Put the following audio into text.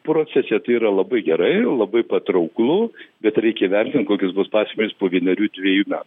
procese tai yra labai gerai labai patrauklu bet reikia įvertint kokios bus pasekmės po vienerių dvejų me